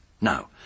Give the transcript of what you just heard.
Now